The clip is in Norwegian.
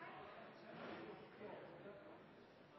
ser vi? Jo,